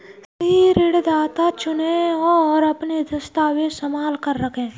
सही ऋणदाता चुनें, और अपने दस्तावेज़ संभाल कर रखें